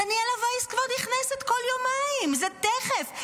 דניאלה וייס כבר נכנסת כל יומיים, זה תכף.